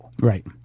Right